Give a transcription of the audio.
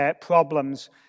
problems